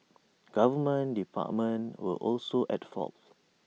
government departments were also at fault